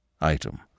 item